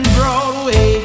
Broadway